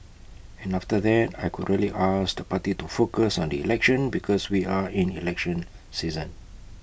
and after that I could really ask the party to focus on the election because we are in election season